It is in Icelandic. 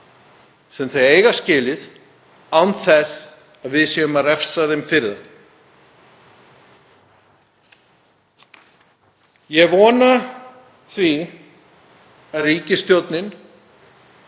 sem þeir eiga skilið án þess að við séum að refsa þeim fyrir það. Ég vona því að ríkisstjórnin